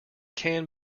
can